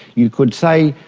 you could say,